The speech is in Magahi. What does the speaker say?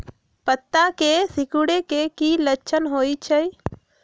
पत्ता के सिकुड़े के की लक्षण होइ छइ?